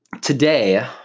today